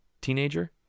teenager